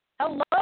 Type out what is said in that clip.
Hello